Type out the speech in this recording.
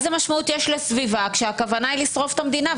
איזה משמעות יש לסביבה כשהכוונה היא לשרוף את המדינה,